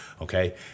Okay